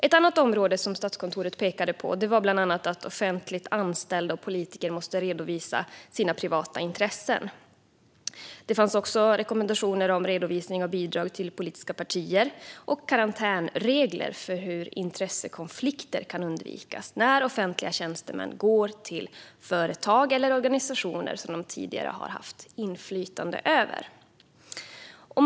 Ett annat område som Statskontoret pekade på var bland annat att offentligt anställda och politiker måste redovisa sina privata intressen. Det fanns också rekommendationer om redovisning av bidrag till politiska partier och karantänsregler för hur intressekonflikter kan undvikas när offentliga tjänstemän går till företag eller organisationer som de tidigare haft inflytande över.